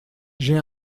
j’ai